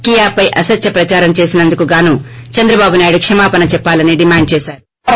కియాపై అసత్య ప్రదారం చేసినందుకుగాను చంద్రబాబు నాయుడు క్షమాపణ చెప్పాలని డేమాండ్ చేశారు